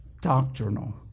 doctrinal